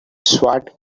swat